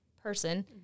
person